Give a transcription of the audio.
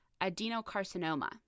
adenocarcinoma